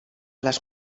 les